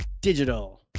digital